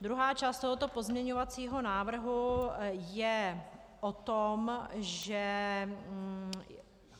Druhá část tohoto pozměňovacího návrhu je o tom, že